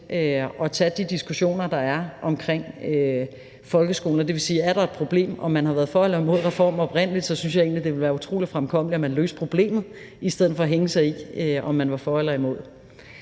at tage de diskussioner, der er om folkeskolen. Og det vil sige, at er der et problem – uanset om man har været for eller imod reformen oprindelig – synes jeg egentlig, det ville være utrolig fremkommeligt, at man løste problemet i stedet for at hænge sig i, om man var for eller imod.